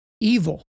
Evil